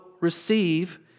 receive